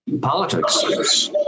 Politics